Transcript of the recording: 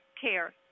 care